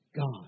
God